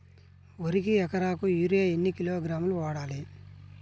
వరికి ఎకరాకు యూరియా ఎన్ని కిలోగ్రాములు వాడాలి?